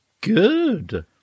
Good